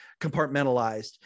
compartmentalized